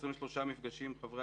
23 מפגשים עם חברי